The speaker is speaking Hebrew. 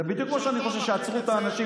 זה בדיוק כמו שאני חושב שעצרו את האנשים,